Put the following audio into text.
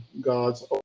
God's